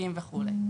משקיים וכו'.